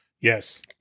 Yes